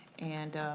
and